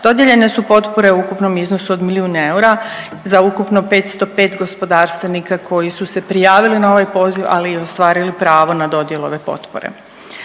dodijeljene su potpore u ukupnom iznosu od milijun eura za ukupno 505 gospodarstvenika koji su se prijavili na ovaj poziv, ali i ostvarili pravo na dodjelu ove potpore.